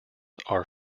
are